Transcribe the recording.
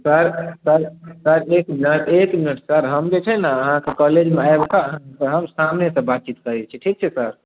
sir sir sir एक minute एक मिनट सर हम जे छै ने अहाँकेँ कॉलेजमे आबि कऽ अहाँकेँ कहब सामनेसँ बातचीत करैत छी ठीक छै सर